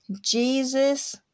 Jesus